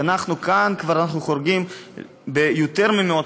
וכאן כבר אנחנו חורגים ביותר ממאות